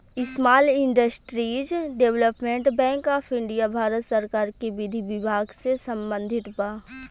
small industries development bank of India Bharat सरकार के विधि विभाग से संबंधित बा